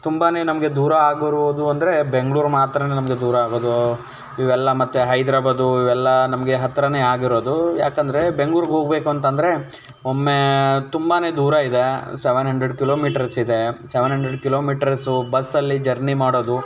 ತುಂಬನೇ ನಮಗೆ ದೂರ ಆಗಿರುವುದು ಅಂದರೆ ಬೆಂಗಳೂರು ಮಾತ್ರಲೇ ನಮಗೆ ದೂರ ಆಗೋದು ಇವೆಲ್ಲ ಮತ್ತೆ ಹೈದ್ರಾಬಾದು ಇವೆಲ್ಲ ನಮಗೆ ಹತ್ರನೇ ಆಗಿರೋದು ಯಾಕೆಂದ್ರೆ ಬೆಂಗ್ಳೂರಿಗೆ ಹೋಗಬೇಕು ಅಂತ ಅಂದ್ರೆ ಒಮ್ಮೆ ತುಂಬನೇ ದೂರ ಇದೆ ಸೆವೆನ್ ಅಂಡ್ರೆಡ್ ಕಿಲೋಮೀಟ್ರರ್ಸ್ ಇದೆ ಸೆವೆನ್ ಅಂಡ್ರೆಡ್ ಕಿಲೋಮೀಟ್ರರ್ಸು ಬಸ್ಸಲ್ಲಿ ಜರ್ನಿ ಮಾಡೋದು